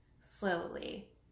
slowly